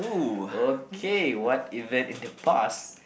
okay what event in the past